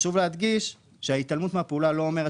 חשוב להדגיש שההתעלמות מהפעולה לא אומרת